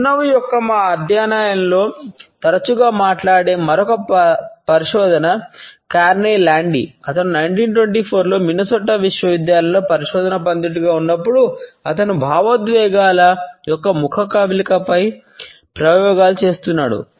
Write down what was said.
చిరునవ్వు యొక్క మా అధ్యయనాలలో తరచుగా మాట్లాడే మరొక పరిశోధన కార్నె లాండిస్ విశ్వవిద్యాలయంలో పరిశోధనా పండితుడిగా ఉన్నప్పుడు అతను భావోద్వేగాల యొక్క ముఖ కవళికలపై ప్రయోగాలు చేస్తున్నాడు